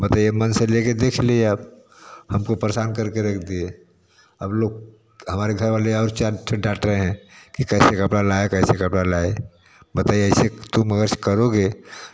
बताइए मन से लेके देख लिए अब हमको परेशान करके रख दिए अब लोग हमारे घर वाले और चार ठो डांट रहे हैं कि कैसे कपड़ा लाए कैसे कपड़ा लाए बताइए ऐसे तुम अगर स करोगे